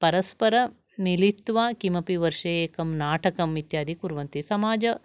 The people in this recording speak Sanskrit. परस्परं मिलित्वा किमपि वर्षे एकं नाटकम् इत्यादि कुर्वन्ति समाजम्